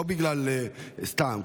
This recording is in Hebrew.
לא סתם,